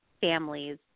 families